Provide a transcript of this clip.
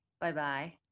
Bye-bye